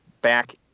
back